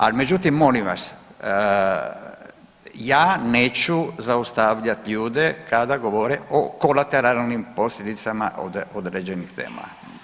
Ali međutim molim vas ja neću zaustavljat ljude kada govore o kolateralnim posljedicama određenih tema.